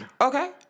Okay